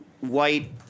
white